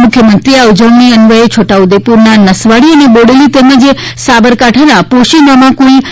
મુખ્યમંત્રીએ આ ઉજવણી અન્વયે છોટાઉદેપુરના નસવાડી અને બોડેલી તેમજ સાબરકાંઠાના પોશીનામાં કુલ રૂ